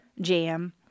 jam